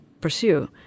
pursue